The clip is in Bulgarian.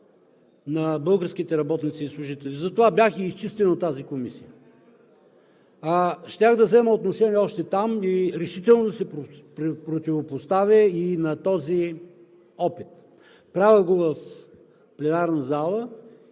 на българските работници и служители. Затова бях и изчистен от тази комисия. Щях да взема отношение още там и решително да се противопоставя на този опит. Правя го в пленарната зала